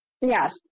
Yes